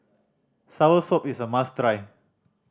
soursop is a must try